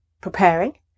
preparing